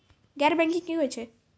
गैर बैंकिंग की होय छै?